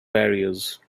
barriers